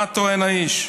מה טוען האיש?